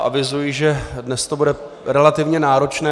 Avizuji, že dnes to bude relativně náročné.